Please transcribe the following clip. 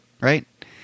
right